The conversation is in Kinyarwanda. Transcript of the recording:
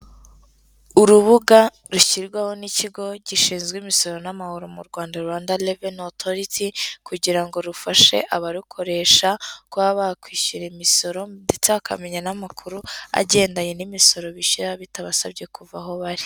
Urubuga rushyirwaho n'ikigo gishinzwe imisoro n'amahoro mu RRA kugira ngo rufashe abarukoresha kuba bakwishyura imisoro ndetse bakamenya n'amakuru agendanye n'imisoro bishyura, bitabasabye kuva aho bari.